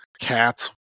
cats